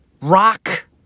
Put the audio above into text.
rock